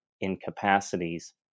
incapacities